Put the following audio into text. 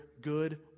good